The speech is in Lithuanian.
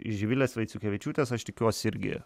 iš živilės vaiciukevičiūtės aš tikiuosi irgi